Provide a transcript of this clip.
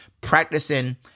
practicing